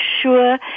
sure